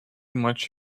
much